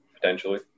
potentially